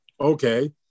okay